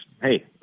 Hey